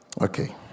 Okay